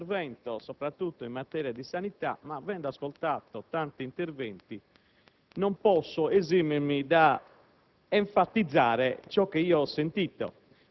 Signor Presidente, onorevoli colleghi,